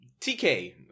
tk